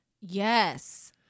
Yes